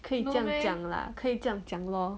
可以这样讲 lah 可以这样讲 lor